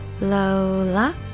Lola